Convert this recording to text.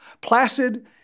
Placid